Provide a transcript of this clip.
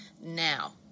now